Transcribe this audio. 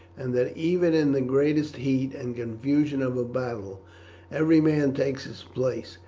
and that even in the greatest heat and confusion of a battle every man takes his place,